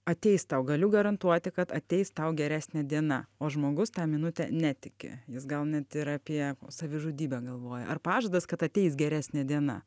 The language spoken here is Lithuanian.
ateis tau galiu garantuoti kad ateis tau geresnė diena o žmogus tą minutę netiki jis gal net ir apie savižudybę galvoja ar pažadas kad ateis geresnė diena